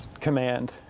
command